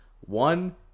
One